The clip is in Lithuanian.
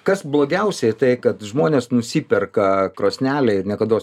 kas blogiausiai tai kad žmonės nusiperka krosnelę ir niekados neskaito instrukcijų